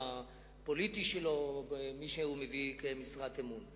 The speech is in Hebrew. הפוליטי שלו או למי שהוא מביא כמשרת אמון.